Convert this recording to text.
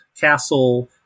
castle